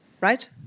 right